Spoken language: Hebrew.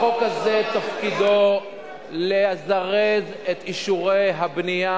החוק הזה תפקידו לזרז את אישורי הבנייה